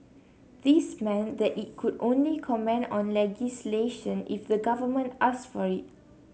this meant that it could only comment on legislation if the government asked for it